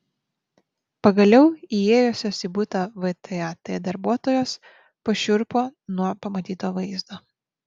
pagaliau įėjusios į butą vtat darbuotojos pašiurpo nuo pamatyto vaizdo